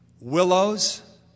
willows